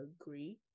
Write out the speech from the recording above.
agree